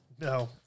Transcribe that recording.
No